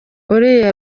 uriya